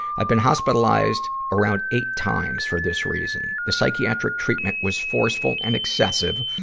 i've been hospitalized around eight times for this reason. the psychiatric treatment was forceful and excessive,